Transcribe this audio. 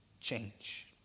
change